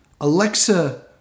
Alexa